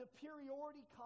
superiority